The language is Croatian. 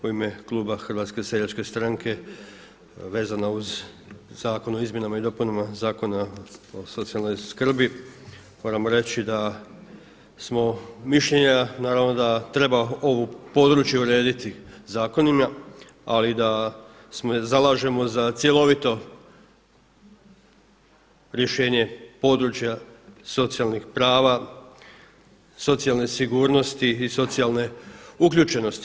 U ime kluba HSS-a vezano uz Zakon o izmjenama i dopunama Zakona o socijalnoj skrbi moramo reći da smo mišljenja naravno da treba ovo područje urediti zakonima, ali da se zalažemo za cjelovito rješenje područja socijalnih prava, socijalne sigurnosti i socijalne uključenosti.